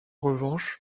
revanche